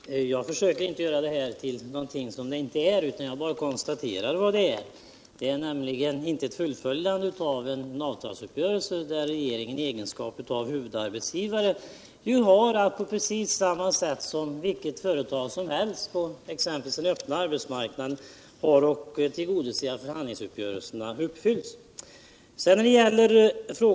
Herr talman! Jag försöker inte göra detta till något som det inte är utan konstaterar bara vad det är. Det gäller en avtalsuppgörelse som inte fullföljts och där regeringen i egenskap av huvudarbetsgivare på precis sa mma sätt som vilket företag som helst på exempelvis den öppna arbetsmarknaden har att sörja för att uppgörelserna följs.